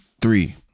three